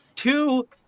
Two